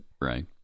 right